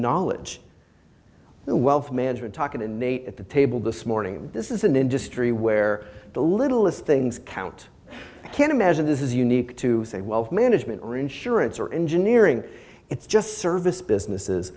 knowledge the wealth management talking to nate at the table this morning this is an industry where the littlest things count i can imagine this is unique to say wealth management or insurance or engineering it's just service businesses